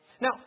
Now